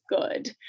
good